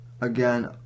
again